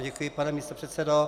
Děkuji, pane místopředsedo.